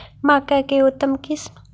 मक्का के उतम किस्म?